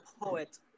poet